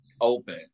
open